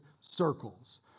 circles